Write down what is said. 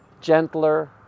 gentler